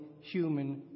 human